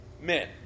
men